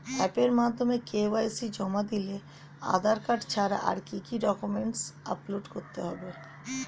অ্যাপের মাধ্যমে কে.ওয়াই.সি জমা দিলে আধার কার্ড ছাড়া আর কি কি ডকুমেন্টস আপলোড করতে হবে?